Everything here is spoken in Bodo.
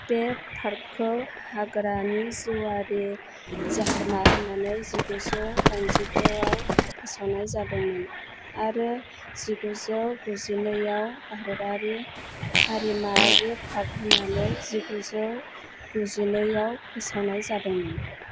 बे पार्कखौ हाग्रानि जिउआरि जाहारमा होन्नानै जिगुजौ डाइनजिद' आव फोसावनाय जादोंमोन आरो जिगुजौ गुजिनैआव भारतारि हारिमायारि पार्क होन्नानै जिगुजौ गुजिनैआव फोसावनाय जादोंमोन